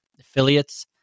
affiliates